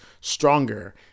stronger